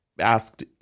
asked